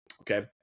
Okay